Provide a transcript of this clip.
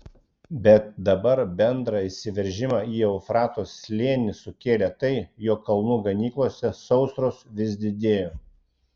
bet dabar bendrą įsiveržimą į eufrato slėnį sukėlė tai jog kalnų ganyklose sausros vis didėjo